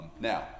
Now